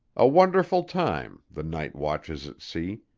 a wonderful time, the night-watches at sea,